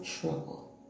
trouble